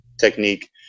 technique